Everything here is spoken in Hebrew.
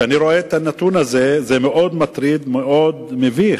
הנתון הזה מאוד מטריד ומביך.